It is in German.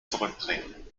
zurücktreten